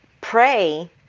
pray